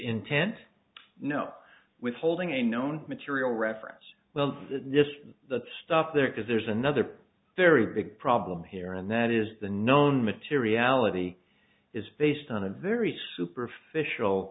intent know withholding a known material reference well this or that stuff there because there's another very big problem here and that is the known materiality is based on a very superficial